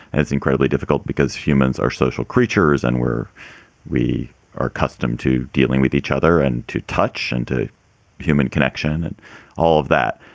and it's incredibly difficult because humans are social creatures and we're we are accustomed to dealing with each other and to touch and to human connection and all of that.